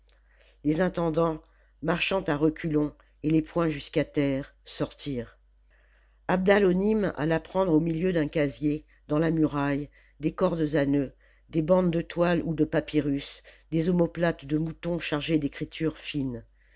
les intendants marchant à reculons et les poings jusqu'à terre sortirent abdalonim alla prendre au milieu d'un casier dans la muraille des cordes à nœuds des bandes de toile ou de papyrus des omoplates de mouton chargées d'écritures fines